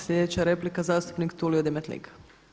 Sljedeća replika zastupnik Tulio Demetlika.